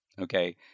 Okay